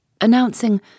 announcing